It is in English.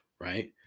Right